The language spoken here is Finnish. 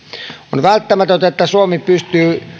on välttämätöntä että suomi pystyy